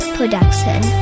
Production